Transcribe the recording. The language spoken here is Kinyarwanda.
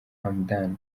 hamdan